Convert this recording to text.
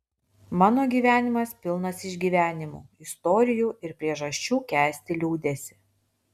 mano gyvenimas pilnas išgyvenimų istorijų ir priežasčių kęsti liūdesį